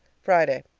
friday.